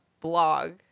blog